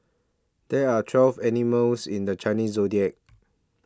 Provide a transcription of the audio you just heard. there are twelve animals in the Chinese zodiac